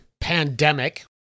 pandemic